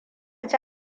ci